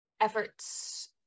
efforts